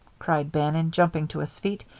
cried bannon, jumping to his feet.